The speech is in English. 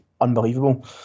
unbelievable